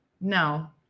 No